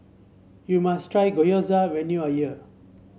you must try Gyoza when you are here